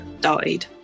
died